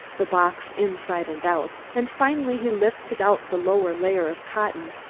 the box inside and out, and finally he lifted out the lower layer of cotton,